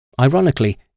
Ironically